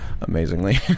Amazingly